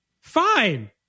fine